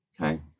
Okay